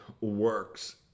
works